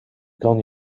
kan